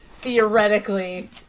Theoretically